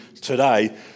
today